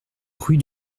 rue